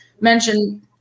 mention